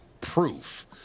proof